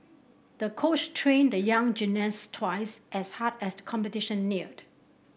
the coach trained the young gymnast twice as hard as competition neared